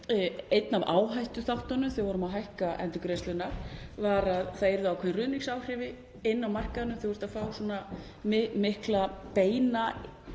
Einn af áhættuþáttunum, þegar við vorum að hækka endurgreiðslurnar, var að það yrðu ákveðin ruðningsáhrif inn á markaðinn þegar þú ert að fá svona mikla beina